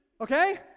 Okay